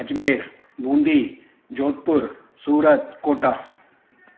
Ajmer Bundi Jodhpur Surat Kota